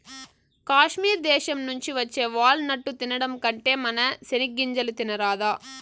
కాశ్మీర్ దేశం నుంచి వచ్చే వాల్ నట్టు తినడం కంటే మన సెనిగ్గింజలు తినరాదా